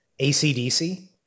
ACDC